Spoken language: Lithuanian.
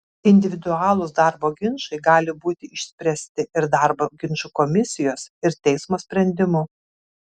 individualūs darbo ginčai gali būti išspręsti ir darbo ginčų komisijos ir teismo sprendimu